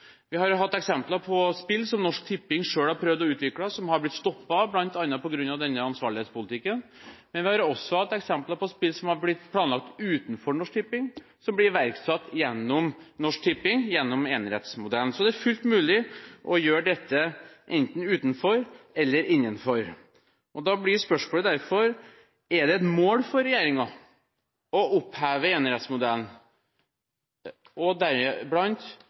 Vi har hatt eksempler på spill som Norsk Tipping selv har prøvd å utvikle, som har blitt stoppet bl.a. på grunn av denne ansvarlighetspolitikken. Men vi har også hatt eksempler på spill som har blitt planlagt utenfor Norsk Tipping, som ble iverksatt av Norsk Tipping gjennom enerettsmodellen. Så det er fullt mulig å gjøre dette enten utenfor eller innenfor. Spørsmålet blir derfor: Er det et mål for regjeringen å oppheve enerettsmodellen og